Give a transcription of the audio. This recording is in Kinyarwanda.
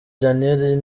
daniel